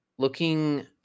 Looking